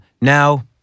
Now